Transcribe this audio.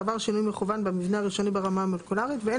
הוא עבר שינוי מכוון במבנה הראשוני ברמה המולקולרית ואין